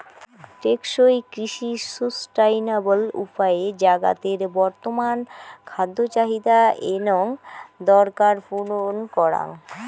টেকসই কৃষি সুস্টাইনাবল উপায়ে জাগাতের বর্তমান খাদ্য চাহিদা এনং দরকার পূরণ করাং